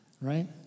Right